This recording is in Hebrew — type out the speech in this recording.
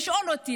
לשאול אותי.